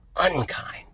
unkind